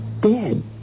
Dead